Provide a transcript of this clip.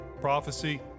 prophecy